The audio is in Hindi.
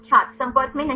छात्र संपर्क में नहीं